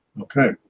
Okay